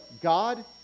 God